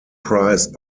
prized